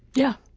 yeah.